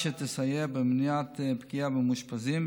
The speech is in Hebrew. שתסייע במניעת פגיעה במאושפזים,